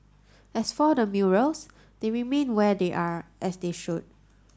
as for the murals they remain where they are as they should